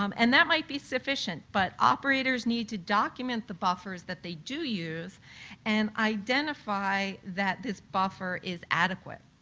um and that might be sufficient, but operators need to document the buffers that they do use and identify that this buffer is adequate.